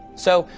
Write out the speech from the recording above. so,